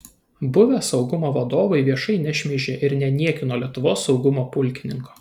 buvę saugumo vadovai viešai nešmeižė ir neniekino lietuvos saugumo pulkininko